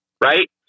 right